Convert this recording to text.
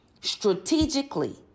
strategically